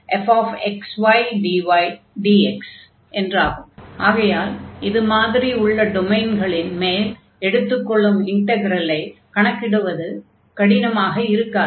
∬DfxydAabv1v2fxydydx ஆகையால் இது மாதிரி உள்ள டொமைன்களின் மேல் எடுத்துக் கொள்ளும் இன்டக்ரலைக் கணக்கிடுவது கடினமாக இருக்காது